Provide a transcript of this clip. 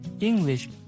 English